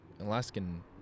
Alaskan